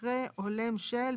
אחרי "הולם של"